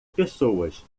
pessoas